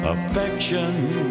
Affection